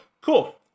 cool